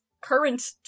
current